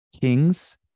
Kings